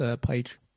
Page